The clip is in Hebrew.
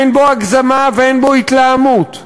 אין בו הגזמה ואין בו התלהמות.